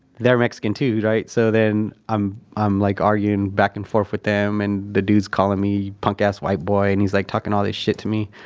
they're mexican too, right? so then i'm i'm like arguing back and forth with them and the dude's calling me punk ass white boy, and he's like talking all this shit to me.